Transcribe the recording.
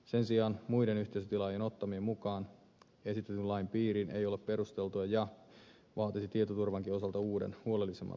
sen sijaan muiden yhteisötilaajien ottaminen mukaan esitetyn lain piriin ei ole perusteltua ja vaatisi tietoturvankin osalta uuden huolellisemman valmistelun